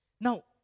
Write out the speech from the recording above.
Now